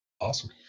Awesome